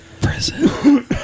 Prison